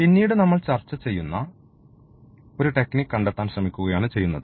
പിന്നീട് നമ്മൾ ചർച്ചചെയ്യുന്ന ഒരു ടെക്നിക് കണ്ടെത്താൻ ശ്രമിക്കുകയാണ് ചെയ്യുന്നത്